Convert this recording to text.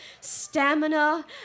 stamina